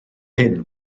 hyn